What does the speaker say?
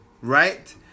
Right